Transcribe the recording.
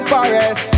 Paris